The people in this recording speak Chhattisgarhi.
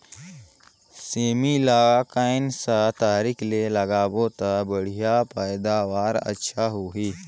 सेमी ला कोन सा तरीका ले लगाबो ता बढ़िया पैदावार अच्छा होही?